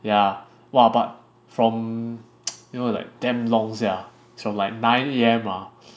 ya !wah! but from you know like damn long sia it's from like nine A_M lah